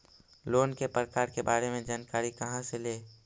Loan के प्रकार के बारे मे जानकारी कहा से ले?